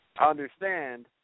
Understand